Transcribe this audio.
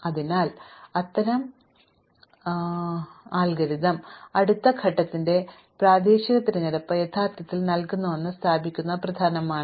അതിനാൽ അത്തരം അത്യാഗ്രഹികളായ അൽഗോരിതം അടുത്ത ഘട്ടത്തിന്റെ പ്രാദേശിക തിരഞ്ഞെടുപ്പ് യഥാർത്ഥത്തിൽ നൽകുന്നുവെന്ന് സ്ഥാപിക്കേണ്ടത് പ്രധാനമാണ്